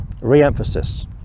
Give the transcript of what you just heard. re-emphasis